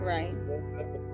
Right